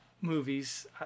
movies